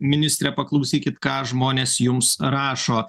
ministre paklausykit ką žmonės jums rašo